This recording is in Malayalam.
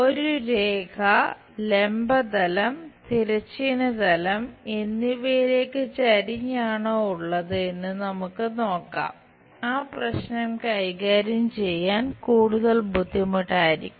ഒരു രേഖ ലംബ തലം തിരശ്ചീന തലം എന്നിവയിലേക്ക് ചെരിഞ്ഞാണോ ഉള്ളത് എന്ന് നമുക്ക് നോക്കാം ആ പ്രശ്നം കൈകാര്യം ചെയ്യാൻ കൂടുതൽ ബുദ്ധിമുട്ടായിരിക്കും